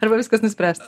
arba viskas nuspręsta